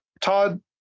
Todd